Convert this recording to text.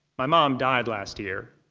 my mom died last year.